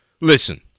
Listen